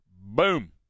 Boom